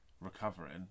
recovering